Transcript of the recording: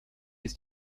ist